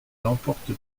l’emporte